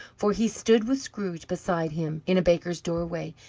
for he stood, with scrooge beside him, in a baker's doorway,